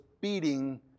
beating